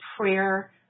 prayer